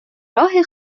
راه